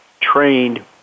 trained